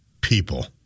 people